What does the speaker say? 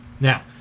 Now